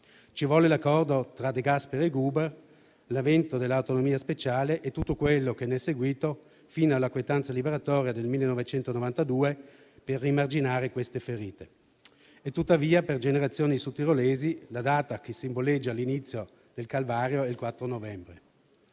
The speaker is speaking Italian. Ci volle l'Accordo tra De Gasperi e Gruber, l'avvento dell'autonomia speciale e tutto quello che ne è seguito, fino alla quietanza liberatoria del 1992 per rimarginare queste ferite. Tuttavia, per generazioni di sudtirolesi la data che simboleggia l'inizio del calvario è il 4 novembre.